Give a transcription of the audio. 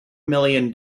million